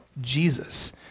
Jesus